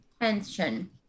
tension